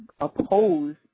oppose